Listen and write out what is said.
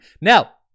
Now